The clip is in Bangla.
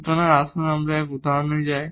সুতরাং আসুন আমরা এখানে উদাহরণে যাই